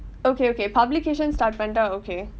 okay okay publications start பண்ணிட்டா:pannittaa okay